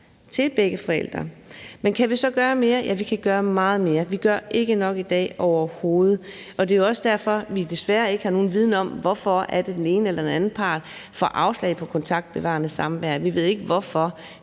til begge forældre. Men kan vi så gøre mere? Ja, vi kan gøre meget mere. Vi gør overhovedet ikke nok i dag, og det er jo også derfor, vi desværre ikke har nogen viden om, hvorfor den ene eller den anden part får afslag på kontaktbevarende samvær. Vi ved ikke hvorfor.